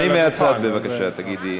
אז תעני מהצד, בבקשה, תגידי.